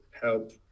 Help